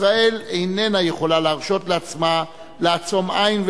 ישראל איננה יכולה להרשות לעצמה לעצום עין,